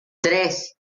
tres